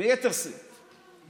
ביתר שאת.